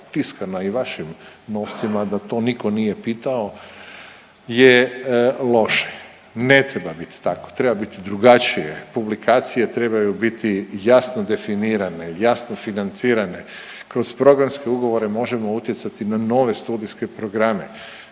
tiskana i vašim novcima da to nitko nije pitao je loše. Ne treba biti tako, treba biti drugačije. Publikacije trebaju biti jasno definirane, jasno financirane. Kroz programske ugovore možemo utjecati na nove studijske programe.